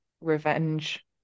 revenge